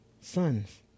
sons